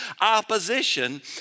opposition